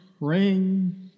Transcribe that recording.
ring